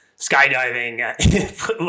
skydiving